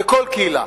בכל קהילה,